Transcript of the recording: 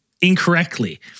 incorrectly